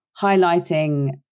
highlighting